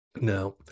Now